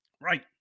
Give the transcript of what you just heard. Right